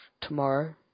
tomorrow